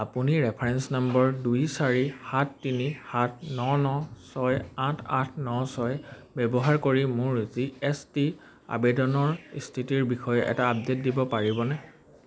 আপুনি reference number দুই চাৰি সাত তিনি সাত ন ন ছয় আঠ আঠ ন ছয় ব্যৱহাৰ কৰি মোৰ জি এছ টি আবেদনৰ স্থিতিৰ বিষয়ে এটা আপডেট দিব পাৰিবনে